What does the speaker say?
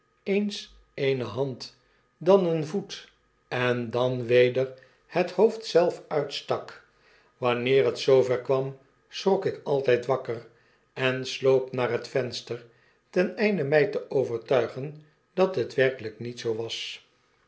eens eene hand dan een voet en dan weder het hoofd zelf uitstak wanneer het zoover kwam schrok ik altgd wakker en sloop naar het venster ten einde mg te overtuigen dat hetverkelgk niet zo was